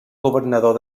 governador